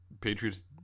Patriots